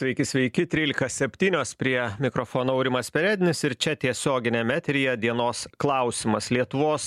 sveiki sveiki trylika septynios prie mikrofono aurimas perednis ir čia tiesioginiam eteryje dienos klausimas lietuvos